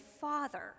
father